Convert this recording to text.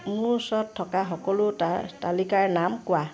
মোৰ ওচৰত থকা সকলো তালিকাৰ নাম কোৱা